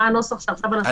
מה הנוסח כרגע?